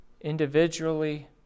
individually